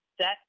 set